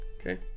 okay